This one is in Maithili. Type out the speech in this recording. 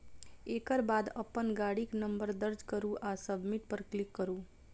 एकर बाद अपन गाड़ीक नंबर दर्ज करू आ सबमिट पर क्लिक करू